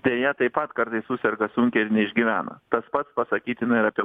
deja taip pat kartais suserga sunkiai ir neišgyvena tas pats pasakytina ir apie